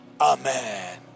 Amen